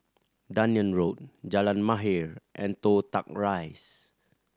Dunearn Road Jalan Mahir and Toh Tuck Rise